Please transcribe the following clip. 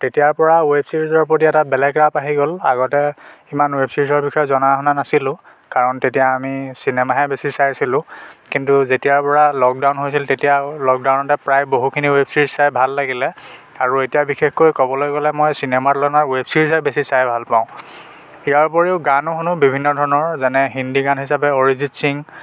তেতিয়াৰ পৰাই ৱেব ছিৰিজৰ প্ৰতি বেলেগ এটা ৰাপ আহি গ'ল আগতে ইমান ৱেব ছিৰিজৰ বিষয়ে সিমান জনাশুনা নাছিলো কাৰণ তেতিয়া আমি চিনেমাহে বেছি চাইছিলো কিন্তু যেতিয়াৰ পৰা লকডাউন হৈছিল তেতিয়া আৰু লকডাউনতে প্ৰায় বহুখিনি ৱেব ছিৰিজ চাই ভাল লাগিলে আৰু এতিয়া বিশেষকৈ ক'বলৈ গ'লে মই চিনেমাৰ তুলনাত ৱেব ছিৰিজহে বেছি চাই ভাল পাওঁ ইয়াৰ উপৰিও গানো শুনো বিভিন্ন ধৰণৰ যেনে হিন্দী গান হিচাপে অৰিজিত সিং